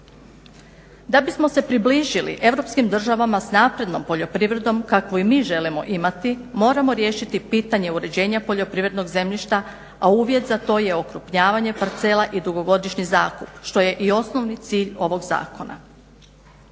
Da bismo se približili europskim državama s naprednom poljoprivredom kakvu i mi želimo imati moramo riješiti pitanje uređenja poljoprivrednog zemljišta a uvjet za to je okrupnjavanje parcela i dugogodišnji zakup što je i osnovni cilj ovog zakona.